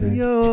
yo